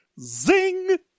zing